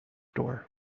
door